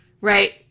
right